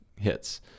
hits